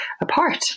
apart